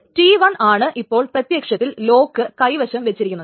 T 1 ആണ് ഇപ്പോൾ പ്രത്യക്ഷത്തിൽ ലോക്ക് കൈവശം വച്ചിരിക്കുന്നത്